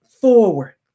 forward